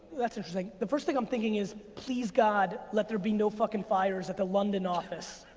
that's interesting. the first thing i'm thinking is, please god, let there be no fucking fires at the london office,